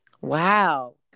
Wow